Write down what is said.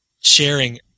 sharing